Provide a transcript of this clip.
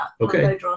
Okay